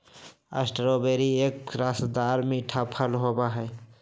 strawberry एक रसदार मीठा फल होबा हई